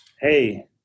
Hey